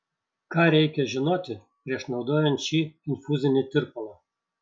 ką reikia žinoti prieš naudojant šį infuzinį tirpalą